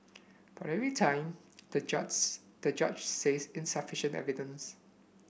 but every time the the judge says insufficient evidence